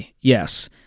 Yes